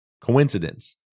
coincidence